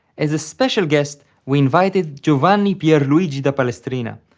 as a special guest, we invited giovanni pierluigi da palestrina,